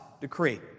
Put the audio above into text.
decree